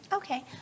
Okay